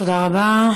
תודה רבה.